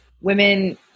women